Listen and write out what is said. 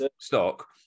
stock